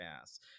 ass